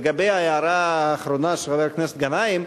לגבי ההערה האחרונה, של חבר הכנסת גנאים,